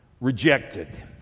Rejected